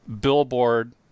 Billboard